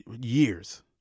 years